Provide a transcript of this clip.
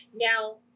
Now